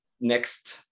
next